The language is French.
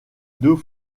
deux